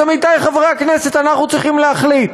אז, עמיתי חברי הכנסת, אנחנו צריכים להחליט